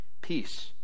Peace